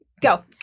Go